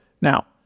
now